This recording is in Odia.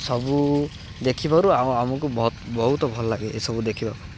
ସବୁ ଦେଖିବାରୁ ଆଉ ଆମକୁ ବହୁତ ବହୁତ ଭଲ ଲାଗେ ଏସବୁ ଦେଖିବାକୁ